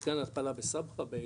מתקן ההתפלה באילת